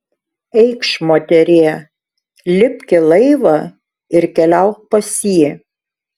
eikš moterie lipk į laivą ir keliauk pas jį